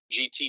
GT